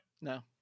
no